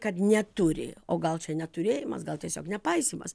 kad neturi o gal čia ne turėjimas gal tiesiog nepaisymas